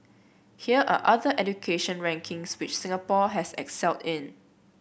here are other education rankings which Singapore has excelled in